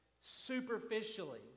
superficially